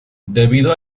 debido